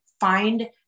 find